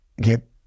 get